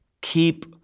Keep